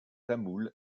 tamoul